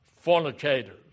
fornicators